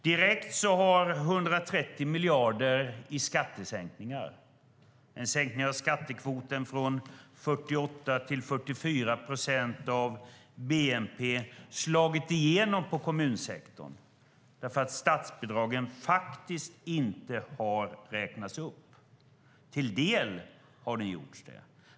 Direkt har 130 miljarder i skatteskänkningar och en sänkning av skattekvoten från 48 procent till 44 procent av bnp slagit igenom i kommunsektorn därför att statsbidragen faktiskt inte har räknats upp. Till en del har de räknats upp.